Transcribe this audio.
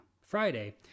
Friday